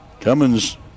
Cummins